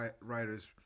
writers